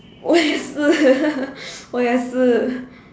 我也是